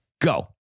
go